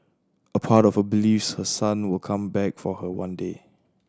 a part of her believes her son will come back for her one day